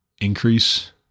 increase